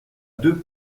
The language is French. deux